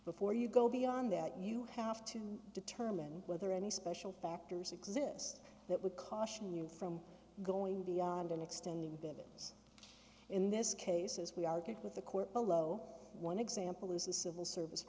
before you go beyond that you have to determine whether any special factors exist that would caution you from going beyond and extending bits in this case as we argued with the court below one example is the civil service